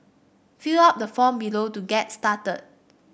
fill out the form below to get started